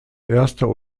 erster